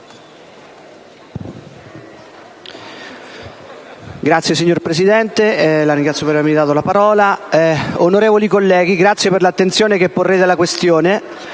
Signor Presidente, la ringrazio per avermi dato la parola. Onorevoli colleghi, grazie per l'attenzione che porrete alla questione